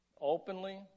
openly